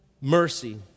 mercy